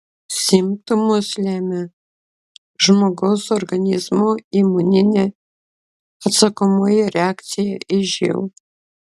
simptomus lemia žmogaus organizmo imuninė atsakomoji reakcija į živ